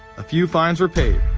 a few fines were paid,